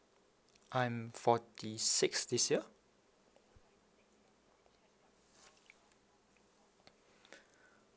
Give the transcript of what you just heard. I'm forty six this year